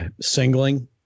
singling